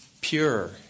pure